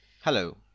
Hello